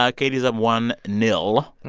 ah katie is up one nil,